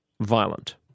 violent